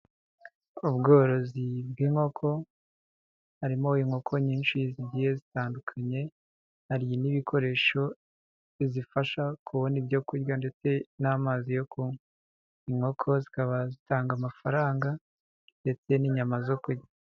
Ubworozi bw'inkoko harimo inkoko nyinshi zigiye zitandukanye, hari n'ibikoresho bizifasha kubona ibyoku kurya ndetse n'amazi yo kunywa, inkoko zikaba zitanga amafaranga ndetse n'inyama zo kurya.